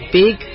big